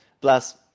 plus